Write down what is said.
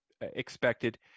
expected